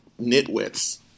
nitwits